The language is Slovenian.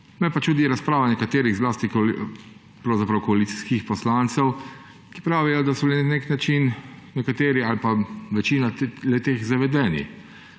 Me pa čudi razprava nekaterih, pravzaprav koalicijskih poslancev, ki pravijo, da so bili na nek način nekateri ali pa večina le-teh zavedeni.